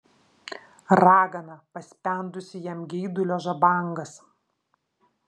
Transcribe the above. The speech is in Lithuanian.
ragana paspendusi jam geidulio žabangas